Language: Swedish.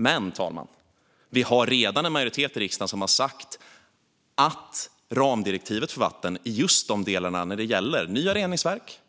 Men, herr talman, vi har redan en majoritet i riksdagen som har sagt att ramdirektivet för vatten, i just de delar som gäller nya reningsverk